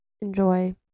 enjoy